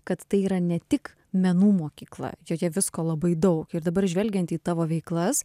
kad tai yra ne tik menų mokykla joje visko labai daug ir dabar žvelgiant į tavo veiklas